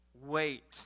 Wait